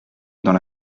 dans